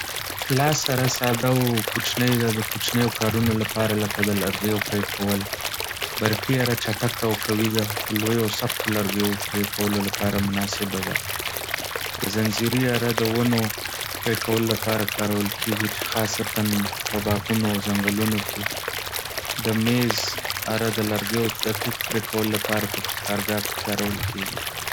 لاس اره ساده او کوچنۍ ده، د کوچنیو کارونو لپاره لکه د لرګیو پرې کول. برقي اره چټکه او قوي ده، د لویو او سختو لرګیو پرې کولو لپاره مناسبه ده. د زنځیرې اره د ونو پرې کولو لپاره کارول کېږي، خاصتاً په باغونو او ځنګلونو کې. د میز اره د لرګیو دقیق پرې کولو لپاره په کارګاه کې کارول کېږي.